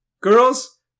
Girls